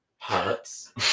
hurts